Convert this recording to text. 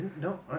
No